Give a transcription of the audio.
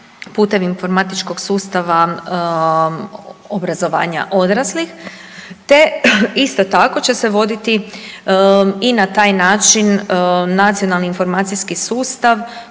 putem informatičkog sustava obrazovanja odraslih, te isto tako će se voditi i na taj način nacionalni informacijski sustav